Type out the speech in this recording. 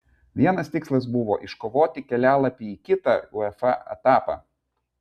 vienas tikslas buvo iškovoti kelialapį į kitą uefa etapą